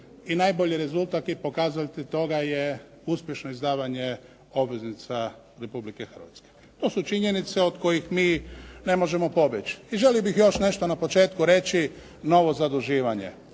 najbolji rezultat i pokazatelj toga je uspješno izdavanje obveznica Republike Hrvatske. To su činjenice od kojih mi ne možemo pobjeći. I želio bih još nešto na početku reći na ovo zaduživanje.